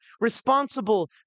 responsible